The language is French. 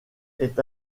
est